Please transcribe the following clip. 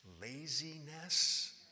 laziness